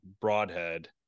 broadhead